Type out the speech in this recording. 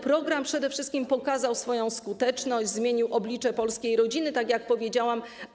Program przede wszystkim pokazał swoją skuteczność i zmienił oblicze polskiej rodziny, tak jak powiedziałam.